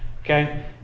Okay